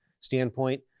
standpoint